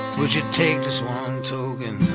would you take this one token